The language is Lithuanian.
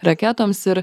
raketoms ir